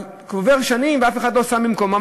אבל עוברות שנים ואף אחד לא שם דבר במקומם.